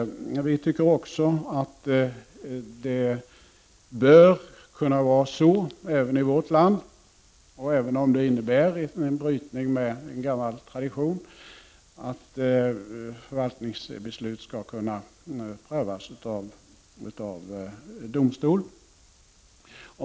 Vi tycker också att det bör kunna även i vårt land, även om det innebär en brytning mot en gammal tradition, vara så att förvaltningsbeslut skall kunna prövas av domstol.